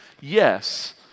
Yes